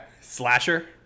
Slasher